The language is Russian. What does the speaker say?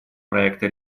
проекта